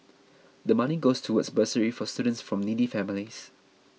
the money goes towards bursaries for students from needy families